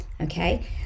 okay